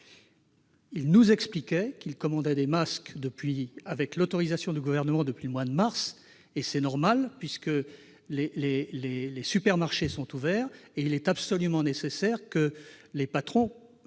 de Lidl expliquer qu'il commandait des masques avec l'autorisation du Gouvernement depuis le mois de mars dernier. C'est normal, puisque les supermarchés sont ouverts et qu'il est absolument nécessaire que les patrons